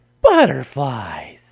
Butterflies